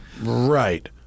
Right